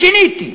שיניתי.